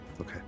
Okay